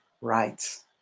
rights